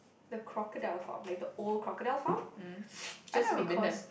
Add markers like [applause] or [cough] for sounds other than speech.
the crocodile from old crocodile farm [noise] just because